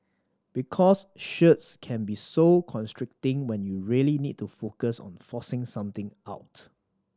because shirts can be so constricting when you really need to focus on forcing something out